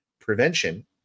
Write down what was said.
prevention